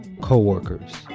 Coworkers